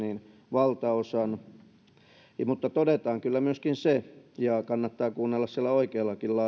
valtaosan mutta todetaan kyllä myöskin se ja kannattaa kuunnella siellä oikeallakin